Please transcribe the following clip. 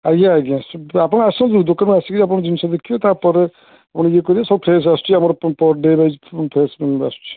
ଆଜ୍ଞା ଆଜ୍ଞା ଆପଣ ଆସନ୍ତୁ ଦୋକାନକୁ ଆସିକି ଆପଣ ଜିନିଷ ଦେଖିବେ ତା'ପରେ ସବୁ ଫ୍ରେସ୍ ଆସୁଛି ଆମର ପର୍ ଡ଼େ ରହିଛି ଫ୍ରେସ୍ ଆସୁଛି